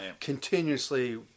continuously